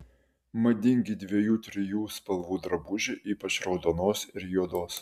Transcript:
madingi dviejų trijų spalvų drabužiai ypač raudonos ir juodos